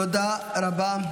תודה רבה.